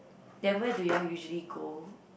then where do you all usually go